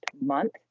month